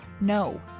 No